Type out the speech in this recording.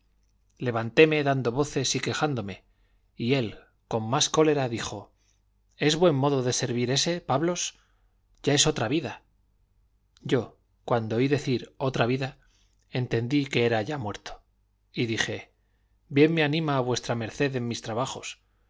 levantéme dando voces y quejándome y él con más cólera dijo es buen modo de servir ése pablos ya es otra vida yo cuando oí decir otra vida entendí que era ya muerto y dije bien me anima v md en mis trabajos